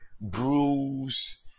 bruise